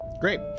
Great